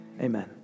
Amen